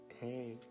Hey